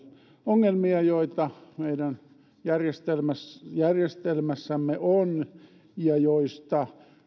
ongelmia joita meidän järjestelmässämme on ja joista